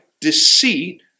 deceit